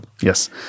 Yes